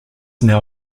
now